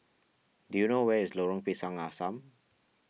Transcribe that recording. do you know where is Lorong Pisang Asam